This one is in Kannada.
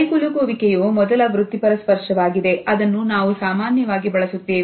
ಕೈಕುಲುಕುವ ಕೆಯು ಮೊದಲ ವೃತ್ತಿಪರ ಸ್ಪರ್ಶವಾಗಿದೆ ಅದನ್ನು ನಾವು ಸಾಮಾನ್ಯವಾಗಿ ಬಳಸುತ್ತೇವೆ